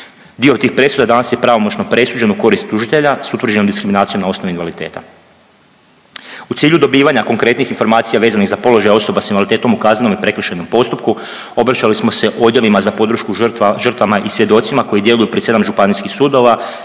Dio tih presuda danas je pravomoćno presuđen u korist tužitelja s utvrđenom diskriminacijom na osnovi invaliditeta. U cilju dobivanja konkretnih informacija vezanih za položaj osoba s invaliditetom u kaznenom i prekršajnom postupku obraćali smo se Odjelima za podršku žrtvama i svjedocima koji djeluju pri 7 županijskih sudova